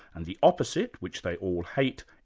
and the opposite which they all hate,